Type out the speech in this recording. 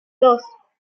dos